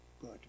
good